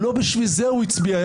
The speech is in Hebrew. לא בשביל זה הוא הצביע.